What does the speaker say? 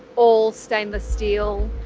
all stainless steel,